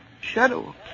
Shadow